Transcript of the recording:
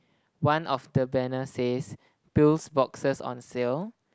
one of the banner says pills boxes on sale